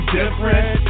different